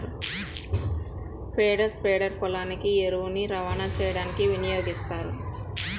పేడ స్ప్రెడర్ పొలానికి ఎరువుని రవాణా చేయడానికి వినియోగిస్తారు